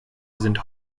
sind